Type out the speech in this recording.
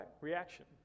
reaction